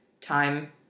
Time